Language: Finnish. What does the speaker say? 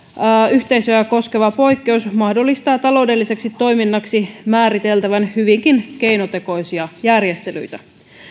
yhteisöä koskeva poikkeus mahdollistaa taloudelliseksi toiminnaksi määriteltävän hyvinkin keinotekoisia järjestelyitä